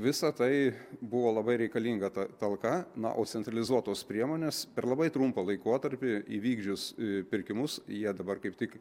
visa tai buvo labai reikalinga ta talka na o centralizuotos priemonės per labai trumpą laikotarpį įvykdžius pirkimus jie dabar kaip tik